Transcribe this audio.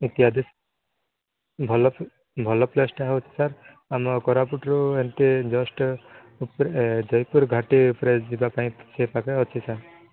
ଇତ୍ୟାଦି ଭଲ ଭଲ ପ୍ଲେସ୍ଟା ହେଉଛି ସାର୍ ଆମ କୋରାପୁଟରୁ ଏଣ୍ଟ୍ରି ଜଷ୍ଟ୍ ଉପରେ ଜୟପୁର ଘାଟି ଉପରେ ଯିବାପାଇଁ ସେପାଖେ ଅଛି ସାର୍